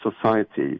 society